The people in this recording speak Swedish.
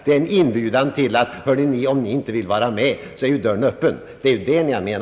Vad ni har menat är, att om vi inte vill vara med, så är dörren öppen.